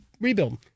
rebuild